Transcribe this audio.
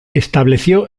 estableció